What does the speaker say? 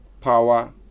power